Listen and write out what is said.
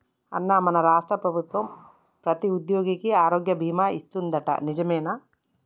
అన్నా మన రాష్ట్ర ప్రభుత్వం ప్రతి ఉద్యోగికి ఆరోగ్య బీమా ఇస్తాదట నిజమేనా